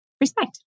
respect